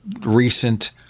recent